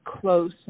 close